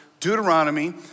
Deuteronomy